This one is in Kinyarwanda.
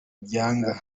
byanga